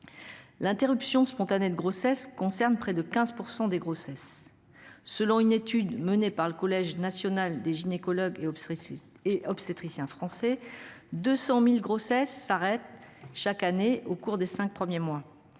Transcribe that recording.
L'interruption spontanée de grossesse concerne près de 15% des grossesses. Selon une étude menée par le Collège national des gynécologues et hop stressé et obstétriciens français 200.000 grossesses s'arrêtent chaque année au cours des 5 premiers mois.